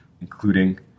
including